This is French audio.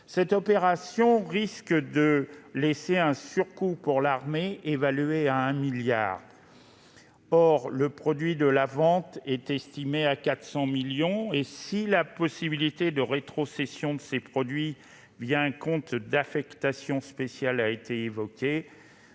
Cette opération risque de laisser un surcoût pour l'armée évalué à 1 milliard d'euros. Le produit de la vente de ces Rafale est estimé à 400 millions d'euros. Si la possibilité d'une rétrocession de ces produits un compte d'affectation spéciale a été évoquée,